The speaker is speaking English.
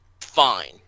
fine